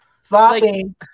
sloppy